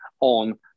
on